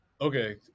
Okay